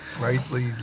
Rightly